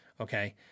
Okay